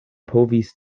povis